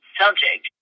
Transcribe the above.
subject